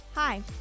Hi